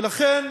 ולכן